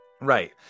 Right